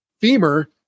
femur